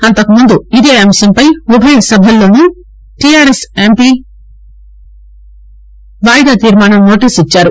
అంతకు ముందు ఇదే అంశంపై ఉభయ సభల్లోనూ టీఆర్ఎస్ ఎంపీలు వాయిదా తీర్శానం నోటీసు ఇచ్చారు